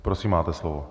Prosím, máte slovo.